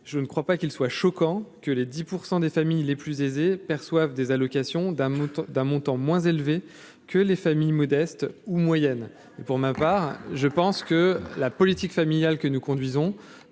je ne crois pas qu'il soit choquant que les 10 % des familles les plus aisées perçoivent des allocations d'un montant d'un montant moins élevé que les familles modestes ou moyennes. Et pour ma part, je pense que la politique familiale que nous conduisons